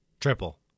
Triple